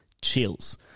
chills